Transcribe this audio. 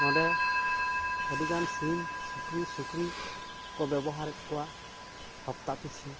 ᱱᱚᱸᱰᱮ ᱟᱹᱰᱤᱜᱟᱱ ᱥᱤᱢ ᱥᱩᱠᱨᱤ ᱥᱩᱠᱨᱤᱠᱚ ᱵᱮᱵᱚᱦᱟᱨᱮᱫ ᱠᱚᱣᱟ ᱦᱟᱯᱛᱟ ᱯᱤᱪᱷᱤ